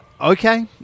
okay